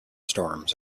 storms